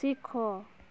ଶିଖ